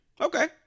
Okay